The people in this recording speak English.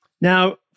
Now